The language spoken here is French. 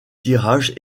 tirage